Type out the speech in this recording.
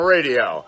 Radio